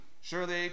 surely